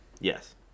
Yes